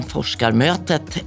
Forskarmötet